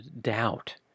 doubt